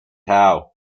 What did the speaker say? howe